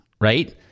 right